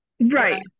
right